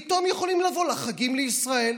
פתאום יכולים לבוא לחגים לישראל.